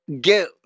get